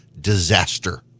disaster